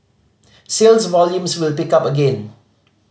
sales volumes will pick up again